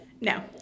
No